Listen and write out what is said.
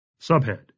Subhead